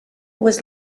was